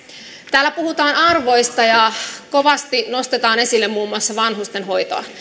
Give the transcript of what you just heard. täällä puhutaan arvoista ja kovasti nostetaan esille muun muassa vanhustenhoitoa